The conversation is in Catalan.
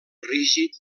rígid